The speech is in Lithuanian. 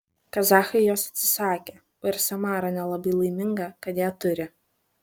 kazachai jos atsisakė o ir samara nelabai laiminga kad ją turi